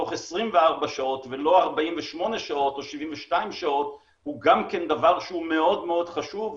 תוך 24 שעות ולא 48 שעות או 72 שעות הוא גם כן דבר שהוא מאוד מאוד חשוב.